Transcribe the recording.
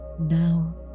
Now